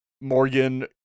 Morgan